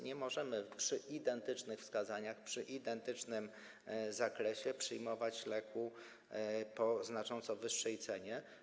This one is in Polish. Nie możemy przy identycznych wskazaniach, przy identycznym zakresie przyjmować leku po znacząco wyższej cenie.